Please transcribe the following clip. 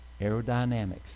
Aerodynamics